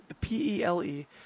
P-E-L-E